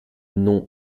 nom